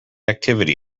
activity